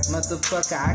Motherfucker